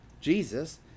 Jesus